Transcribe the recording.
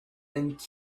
and